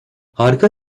harika